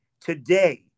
today